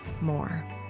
more